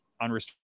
unrestricted